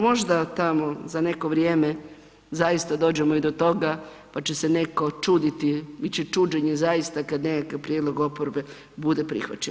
Možda tamo za neko vrijeme zaista dođemo i do toga pa će se netko čuditi, bit će čuđenje zaista kad nekakav prijedlog oporbe bude prihvaćen.